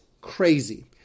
crazy